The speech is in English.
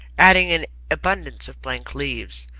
adding an abundance of blank leaves.